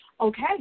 Okay